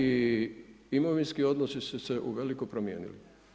I imovinski odnosi su se uveliko promijenili.